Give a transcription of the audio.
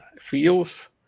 feels